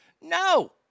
No